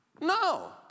No